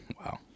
Wow